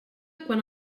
quan